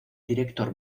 director